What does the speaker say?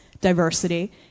diversity